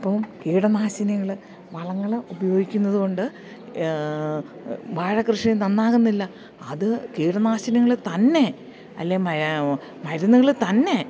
ഇപ്പം കീടനാശിനികള് വളങ്ങള് ഉപയോഗിക്കുന്നത് കൊണ്ട് വാഴ കൃഷി നന്നാകുന്നില്ല അത് കീടനാശികള് തന്നെ അല്ലേൽ മരുന്നുകള് തന്നെ